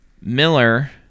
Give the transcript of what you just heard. Miller